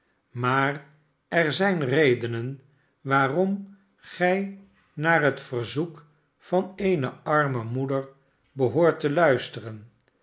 maar er zijn redenen waarom gij naar het yerzoek van eene arme moeder behoort te luisteren